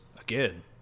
again